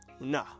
Nah